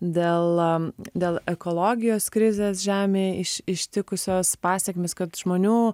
dėl dėl ekologijos krizės žemėj iš ištikusios pasekmės kad žmonių